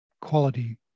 quality